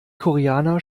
koreaner